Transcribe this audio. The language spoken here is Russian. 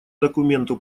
документу